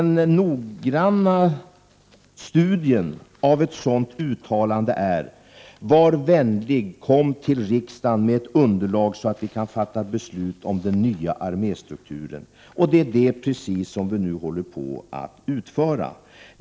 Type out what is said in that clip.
En noggrann studie visar att uttalandet innebär: Var vänlig och kom till riksdagen med ett underlag, så att vi kan fatta beslut om den nya arméstrukturen! Ja, det är precis vad vi nu håller på att utföra.